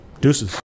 Deuces